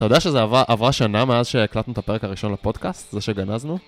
אתה יודע שזה עברה שנה מאז שהקלטנו את הפרק הראשון לפודקאסט, זה שגנזנו?